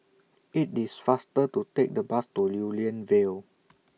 IT IS faster to Take The Bus to Lew Lian Vale